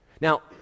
Now